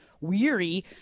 weary